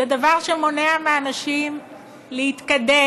זה דבר שמונע מאנשים להתקדם,